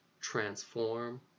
transform